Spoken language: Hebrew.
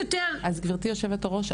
גברתי יושבת-הראש,